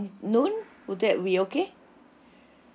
around noon would that be okay